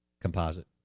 composite